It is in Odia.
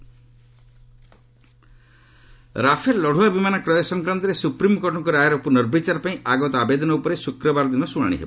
ଏସ୍ସି ରାଫେଲ ରାଫେଲ ଲଢ଼ୁଆ ବିମାନ କ୍ରୟ ସଂକ୍ରାନ୍ତରେ ସୁପ୍ରମିକୋର୍ଟଙ୍କ ରାୟର ପୁନର୍ବଚାର ପାଇଁ ଆଗତ ଆବେଦନ ଉପରେ ଶୁକ୍ରବାର ଦିନ ଶୁଣାଣି ହେବ